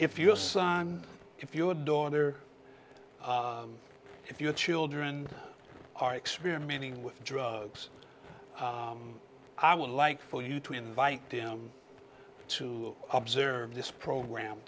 if your son if you a daughter if your children are experimenting with drugs i would like for you to invite them to observe this program